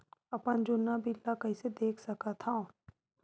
अपन जुन्ना बिल ला कइसे देख सकत हाव?